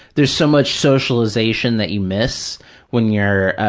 there's so much socialization that you miss when you're